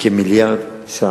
בכמיליארד ש"ח.